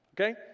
okay